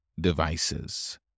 devices